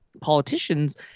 politicians